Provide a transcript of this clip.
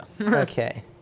Okay